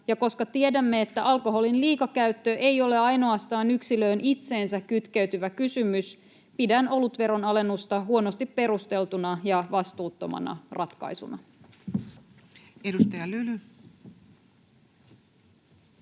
ja koska tiedämme, että alkoholin liikakäyttö ei ole ainoastaan yksilöön itseensä kytkeytyvä kysymys, pidän olutveron alennusta huonosti perusteltuna ja vastuuttomana ratkaisuna. [Speech 226]